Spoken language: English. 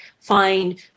find